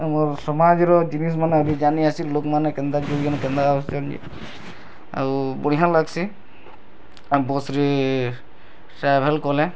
ଆମର୍ ସମାଜ୍ର ଜିନିଷ୍ମାନେ ଆମେ ଜାନି ଆସି ଲୋକମାନେ କେନ୍ତା କରୁଛନ୍ତି କେନ୍ତା ଆଉ ବଢ଼ିଆ ଲାଗ୍ସି ଆମେ ବସ୍ରେ ଟ୍ରାଭେଲ୍ କଲେ